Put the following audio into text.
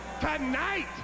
tonight